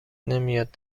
نمیاد